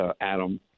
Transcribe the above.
Adam